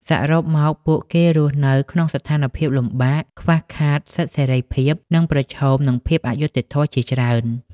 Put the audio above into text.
សរុបមក ពួកគេរស់នៅក្នុងស្ថានភាពលំបាក ខ្វះខាតសិទ្ធិសេរីភាព និងប្រឈមនឹងភាពអយុត្តិធម៌ជាច្រើន។